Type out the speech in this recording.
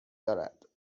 دارد